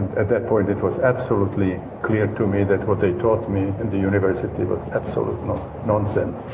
at that point it was absolutely clear to me that what they taught me at the university was absolute nonsense